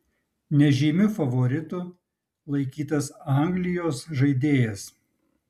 nežymiu favoritu laikytas anglijos žaidėjas